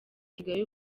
kigali